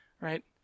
right